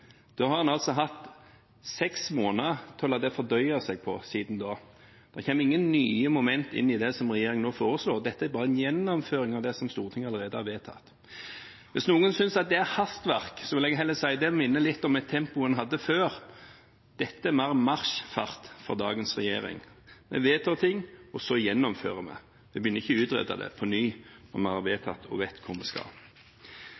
da altså hatt seks måneder til å la dette fordøyes. Det kommer ingen nye momenter inn i det som regjeringen nå foreslår. Dette er bare en gjennomføring av det som Stortinget allerede har vedtatt. Hvis noen synes det er hastverk, vil jeg heller si at det minner litt om et tempo en hadde før. Dette er mer marsjfart for dagens regjering. Vi vedtar ting, og så gjennomfører vi. Vi begynner ikke å utrede det på nytt når vi har vedtatt det og vet hvor vi skal.